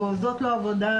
או זאת לא עבודה